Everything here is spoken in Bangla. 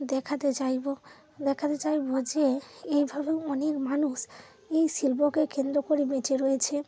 দেখাতে চাইব দেখাতে চাইব যে এইভাবেও অনেক মানুষ এই শিল্পকে কেন্দ্র করে বেঁচে রয়েছে